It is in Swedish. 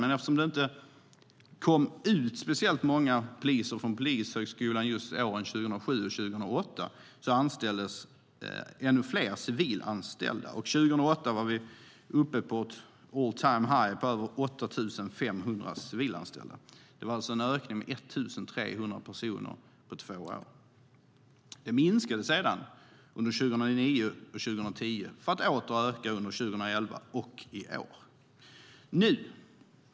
Men eftersom det inte kom ut speciellt många poliser från Polishögskolan just åren 2007 och 2008 anställdes ännu fler civilanställda. År 2008 var vi uppe på all-time-high med över 8 500 civilanställda. Det var alltså en ökning med 1 300 personer på två år. Det minskade sedan under 2009 och 2010 för att åter öka under 2011 och i år.